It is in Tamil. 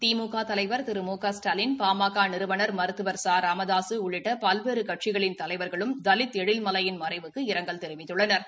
திமுக தலைவா் திரு மு க ஸ்டாலின் பாமக நிறுவனா் மருத்துவா் ச ராமதாசு உள்ளிட்ட பல்வேறு கட்சிகளின் தலைவா்களும் தலித் எழில்மலையின் மறைவுக்கு இரங்கல் தெரிவித்துள்ளனா்